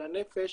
על הנפש,